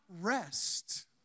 rest